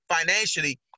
financially